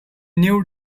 new